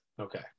okay